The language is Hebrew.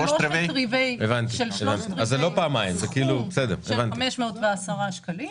שלושת-רבעי סכום של 510 שקלים.